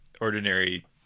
ordinary